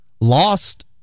lost